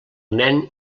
nen